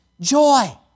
joy